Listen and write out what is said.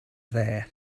there